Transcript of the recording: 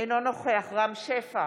אינו נוכח רם שפע,